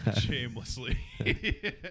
shamelessly